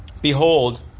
Behold